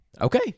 Okay